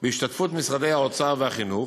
בהשתתפות נציגי משרדי האוצר והחינוך,